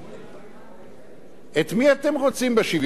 את מי אתם רוצים בשוויון בנטל, רק את החרדים?